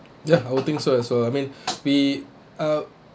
ya I'll think so as well I mean we uh